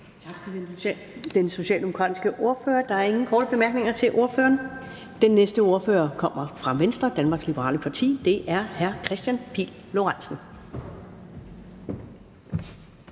Tak til den socialdemokratiske ordfører. Der er ingen korte bemærkninger til ordføreren. Den næste ordfører kommer fra Venstre, Danmarks Liberale Parti, og det er hr. Kristian Pihl Lorentzen.